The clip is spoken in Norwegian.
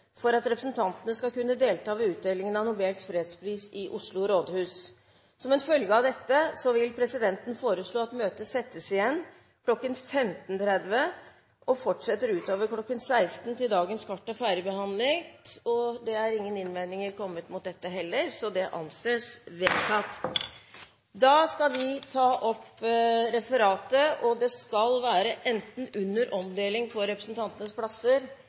for at representantene skal kunne delta ved utdelingen av Nobels fredspris i Oslo rådhus. Som en følge av dette vil presidenten foreslå at møtet settes igjen kl. 15.30 og fortsetter utover kl. 16 til dagens kart er ferdigbehandlet. Ingen innvendinger er kommet mot dette. – Det anses vedtatt. Etter ønske fra finanskomiteen vil presidenten foreslå at taletiden blir begrenset til 5 minutter til hver gruppe og 5 minutter til medlem av regjeringen. Videre vil presidenten foreslå at det